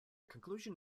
conclusion